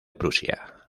prusia